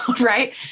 right